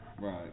Right